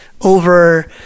over